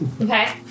Okay